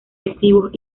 activos